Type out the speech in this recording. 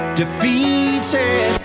defeated